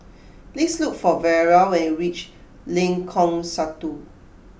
please look for Vera when you reach Lengkong Satu